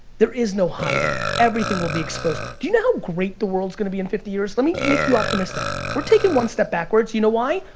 there is no hiding, everything will be exposed. do you know how great the world is gonna be in fifty years? let me make you optimistic. we're taking one step backwards, you you know why?